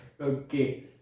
Okay